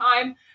time